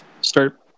start